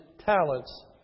talents